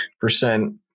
percent